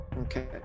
Okay